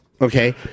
Okay